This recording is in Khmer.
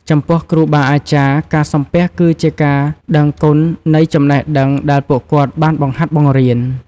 ចំពោះគ្រូបាអាចារ្យ ការសំពះគឺជាការដឹងគុណនៃចំណេះដឹងដែលពួកគាត់បានបង្ហាត់បង្រៀន។